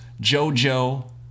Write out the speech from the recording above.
jojo